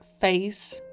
face